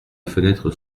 fenêtre